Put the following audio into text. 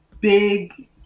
big